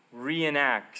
reenacts